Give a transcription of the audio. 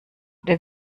der